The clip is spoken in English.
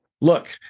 Look